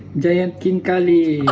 giant khinkali